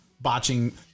botching